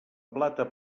plata